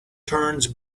turns